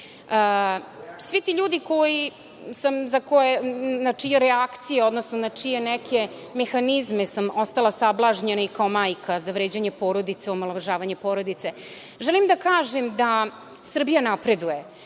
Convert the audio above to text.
svi ti ljudi na čije reakcije, odnosno na čije neke mehanizme sam ostala sablažnjena i kao majka, za vređanje porodice, omalovažavanje porodice. Želim da kažem da Srbija napreduje,